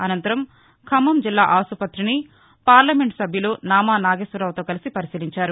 అనంతరం ఖమ్మం జిల్లా ఆస్పతిని పార్లమెంటు సభ్యులు నామా నాగేశ్వరరావుతో కలిసి పరిశీలించారు